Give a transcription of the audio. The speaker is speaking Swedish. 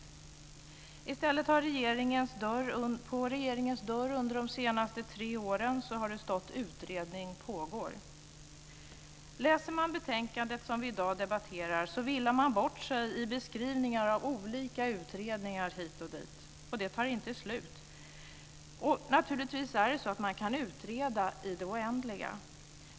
Men i stället har det på regeringens dörr under de senaste tre åren stått: Utredning pågår. Läser man betänkandet som vi i dag debatterar villar man bort sig i beskrivningar av olika utredningar hit och dit. Och det tar inte slut. Naturligtvis kan man utreda i det oändliga.